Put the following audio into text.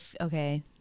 Okay